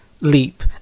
leap